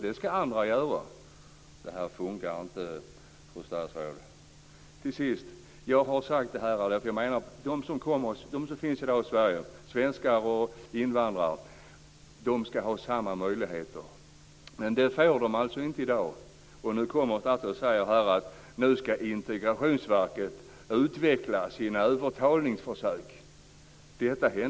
Det här funkar inte, fru statsråd! Till sist: Svenskar och invandrare ska ha samma möjligheter i vårt land, men det får de inte i dag. Statsrådet säger nu att Integrationsverket ska utveckla sina övertalningsförsök.